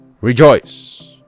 rejoice